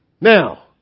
Now